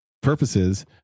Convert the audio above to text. purposes